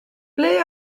ble